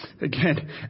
again